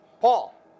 Paul